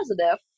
positive